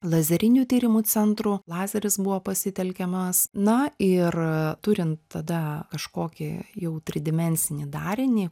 lazerinių tyrimų centru lazeris buvo pasitelkiamas na ir turint tada kažkokį jau tridimensinį darinį